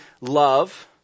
love